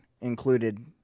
included